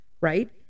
right